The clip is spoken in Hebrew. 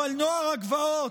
אבל נוער הגבעות,